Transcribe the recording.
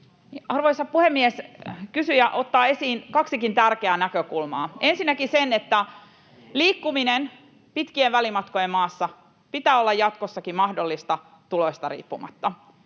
Arvoisa puhemies! Kysyjä ottaa esiin kaksikin tärkeää näkökulmaa: Ensinnäkin sen, että liikkumisen pitkien välimatkojen maassa pitää olla jatkossakin mahdollista tuloista riippumatta.